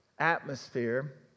Atmosphere